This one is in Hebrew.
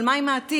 אבל מה עם העתיד?